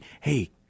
hey